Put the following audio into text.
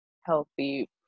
healthy